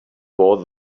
was